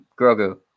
Grogu